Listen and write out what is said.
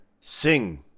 sing